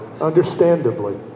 understandably